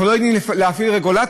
אנחנו לא יודעים להפעיל רגולציה?